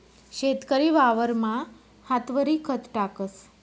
शेतकरी वावरमा हातवरी खत टाकस